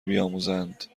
بیاموزند